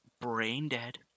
brain-dead